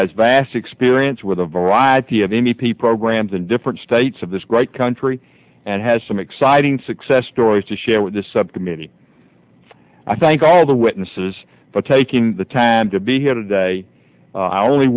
has vast experience with a variety of n e p programs in different states of this great country and has some exciting success stories to share with the subcommittee i thank all the witnesses for taking the time to be here today i only